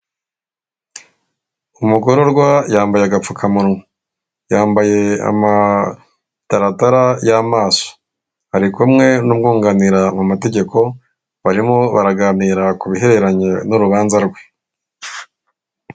Umugororwa yambaye agapfukamunwa, yambaye amataratara y'amaso, ari kumwe n'umwunganira mu mategeko barimo baraganira ku bihereranye n'urubanza rwe.